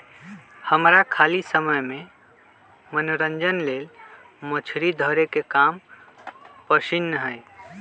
हमरा खाली समय में मनोरंजन लेल मछरी धरे के काम पसिन्न हय